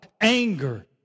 anger